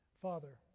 Father